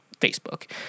Facebook